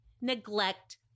neglect